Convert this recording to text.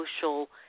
social